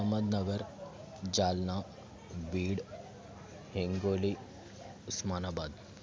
Ahmednagar Jalna Beed Hingoli Osmanabad